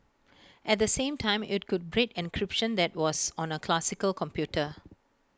at the same time IT could break encryption that was on A classical computer